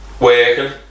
working